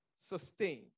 sustained